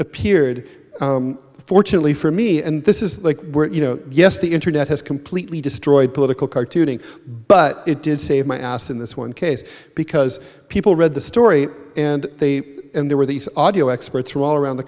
appeared fortunately for me and this is like you know yes the internet has completely destroyed political cartooning but it did save my ass in this one case because people read the story and they and there were these audio experts from all around the